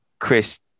Chris